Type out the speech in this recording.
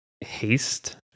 Haste